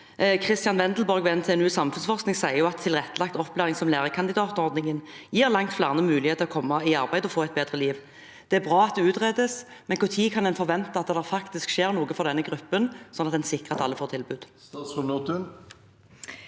Christian Wendelborg ved NTNU Samfunnsforskning sier at tilrettelagt opplæring som lærekandidatordningen gir langt flere mulighet til å komme i arbeid og få et bedre liv. Det er bra at det utredes, men når kan en forvente at det faktisk skjer noe for denne gruppen, sånn at en sikrer at alle får et tilbud? Statsråd Kari